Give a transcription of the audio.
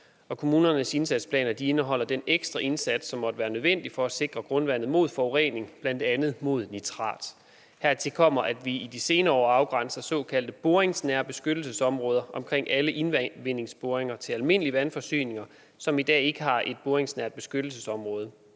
Og kommunernes indsatsplaner indeholder den ekstra indsats, som måtte være nødvendig for at sikre grundvandet mod forurening, bl.a. fra nitrat. Hertil kommer, at vi i de senere år har afgrænset såkaldte boringsnære beskyttelsesområder omkring alle indvindingsboringer til almindelige vandforsyninger, som i dag ikke har et boringsnært beskyttelsesområde.